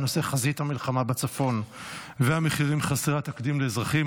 בנושא: חזית המלחמה בצפון והמחירים חסרי התקדים לאזרחים.